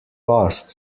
lost